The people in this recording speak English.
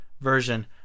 version